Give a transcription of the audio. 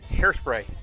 hairspray